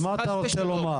אז מה אתה רוצה לומר?